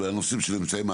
והנושאים שנמצאים,